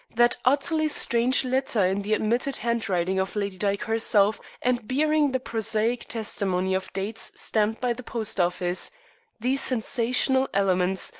that utterly strange letter in the admitted handwriting of lady dyke herself, and bearing the prosaic testimony of dates stamped by the post-office these sensational elements,